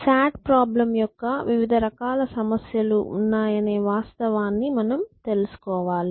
SAT problem యొక్క వివిధ రకాల సమస్యలు ఉన్నాయనే వాస్తవాన్ని మనం తెలుసుకోవాలి